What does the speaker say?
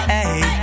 Hey